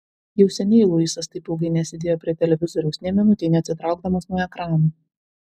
jau seniai luisas taip ilgai nesėdėjo prie televizoriaus nė minutei neatsitraukdamas nuo ekrano